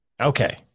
okay